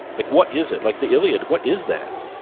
like what is it? like the iliad, what is that?